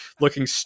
looking